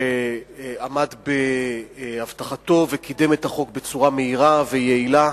שעמד בהבטחתו וקידם את החוק בצורה מהירה ויעילה.